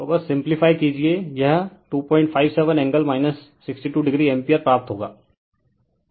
तो बस सिम्प्लीफाई कीजिए यह 257 एंगल 62o एम्पीयर प्राप्त होगा